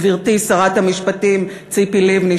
גברתי שרת המשפטים ציפי לבני.